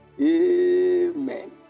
Amen